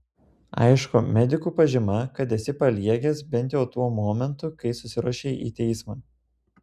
aišku medikų pažyma kad esi paliegęs bent jau tuo momentu kai susiruošei į teismą